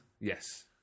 Yes